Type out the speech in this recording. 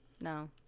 no